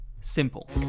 Simple